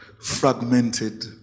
fragmented